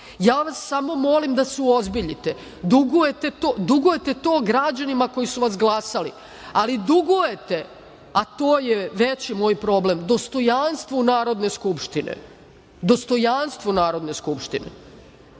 vas samo molim da se uozbiljite. Dugujete to građanima koji su vas glasali. Ali dugujete, a to je veći moj problem, dostojanstvo Narodne skupštine. I građanima takođe koji